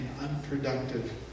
unproductive